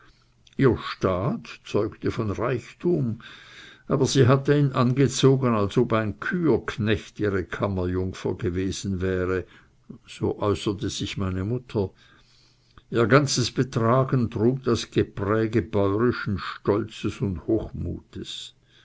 ihr staat zeugte von reichtum aber sie hatte ihn angezogen als ob ein küherknecht ihre kammerjungfer gewesen wäre so äußerte sich meine mutter ihr ganzes betragen trug das gepräge bäurischen stolzes und hochmutes